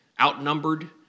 Outnumbered